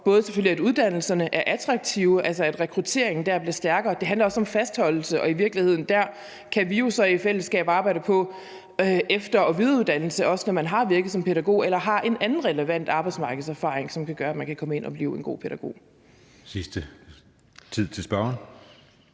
selvfølgelig er attraktive, at rekrutteringen dér bliver stærkere. Det handler også om fastholdelse, og i virkeligheden kan vi jo så dér i fællesskab arbejde på efter- og videreuddannelse, også når man har virket som pædagog eller har en anden relevant arbejdsmarkedserfaring, som kan gøre, at man kan komme ind og blive en god pædagog.